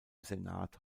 senat